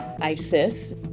ISIS